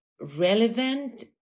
relevant